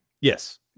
Yes